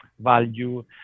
value